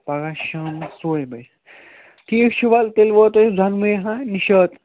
پَگاہ شامَس ژورِ بَجہِ ٹھیٖک چھُ وَلہٕ تیٚلہِ واتَو أسۍ دۅنوے ہا نِشاط